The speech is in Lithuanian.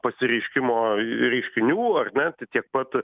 pasireiškimo reiškinių ar ne tai tiek pat